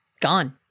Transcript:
gone